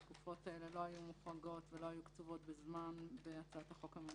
התקופות האלה לא היו מוחרגות ולא היו קצובות בזמן בהצעת החוק הממשלתית,